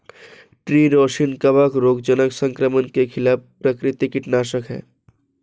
tree rosin कवक रोगजनक संक्रमण के खिलाफ प्राकृतिक कीटनाशक है